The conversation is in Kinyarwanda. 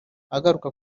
agaruka